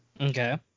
Okay